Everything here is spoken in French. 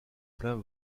plein